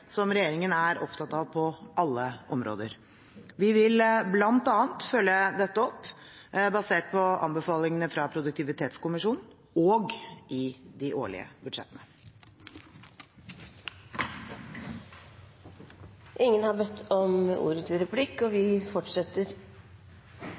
som regjeringen er opptatt av på alle områder. Vi vil bl.a. følge dette opp basert på anbefalingene fra Produktivitetskommisjonen og i de årlige